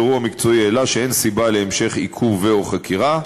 הבירור המקצועי העלה שאין סיבה להמשך עיכוב או חקירה,